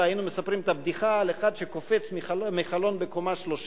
היינו מספרים את הבדיחה על אחד שקופץ מחלון בקומה 30